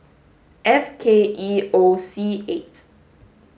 F K E O C eight